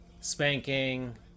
spanking